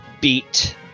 beat